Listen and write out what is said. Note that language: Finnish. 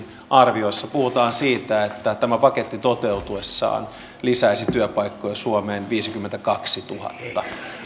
arvioissa puhutaan siitä että tämä paketti toteutuessaan lisäisi työpaikkoja suomeen viisikymmentäkaksituhatta